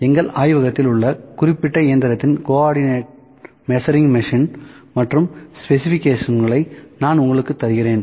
எங்கள் ஆய்வகத்தில் உள்ள குறிப்பிட்ட இயந்திரத்தின் கோஆர்டினேட் மெஷரிங் மிஷின் மற்றும் ஸ்பெசிஃபிகேஷன்களை நான் உங்களுக்கு தருகிறேன்